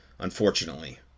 unfortunately